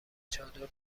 چادر